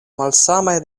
malsamaj